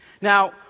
Now